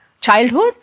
Childhood